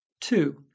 Two